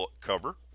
cover